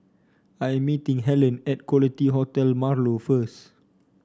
I'm meeting Hellen at Quality Hotel Marlow first